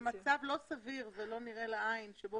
אבל למצב לא סביר ולא נראה לעין שבו